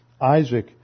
Isaac